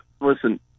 Listen